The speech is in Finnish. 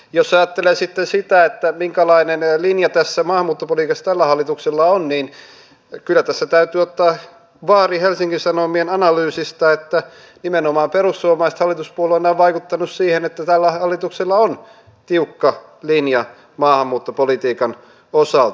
jos ajattelee sitten sitä minkälainen linja maahanmuuttopolitiikassa tällä hallituksella on niin kyllä tässä täytyy ottaa vaarin helsingin sanomien analyysista että nimenomaan perussuomalaiset hallituspuolueena on vaikuttanut siihen että tällä hallituksella on tiukka linja maahanmuuttopolitiikan osalta